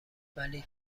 ولی